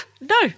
no